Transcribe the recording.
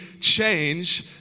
change